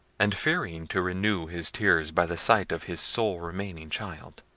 and fearing to renew his tears by the sight of his sole remaining child,